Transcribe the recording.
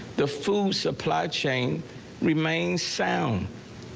the food supply chain remains sound.